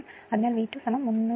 അതിനാൽ V 2 386